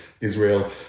Israel